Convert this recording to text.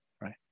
right